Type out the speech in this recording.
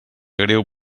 greu